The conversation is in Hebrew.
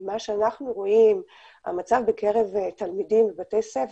מה שאנחנו רואים המצב בקרב תלמידים בבתי ספר